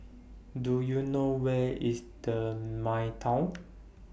Do YOU know Where IS The Midtown